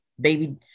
baby